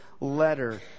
letter